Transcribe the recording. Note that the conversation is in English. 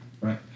right